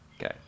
Okay